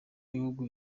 b’ibihugu